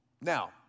Now